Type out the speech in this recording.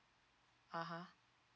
(uh huh)